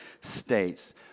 States